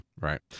Right